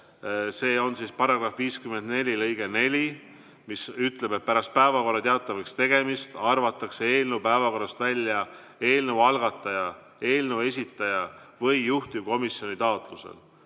reguleerib § 54 lõige 4, mis ütleb, et pärast päevakorra teatavaks tegemist arvatakse eelnõu päevakorrast välja eelnõu algataja, eelnõu esitaja või juhtivkomisjoni taotlusel.